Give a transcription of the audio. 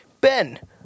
Ben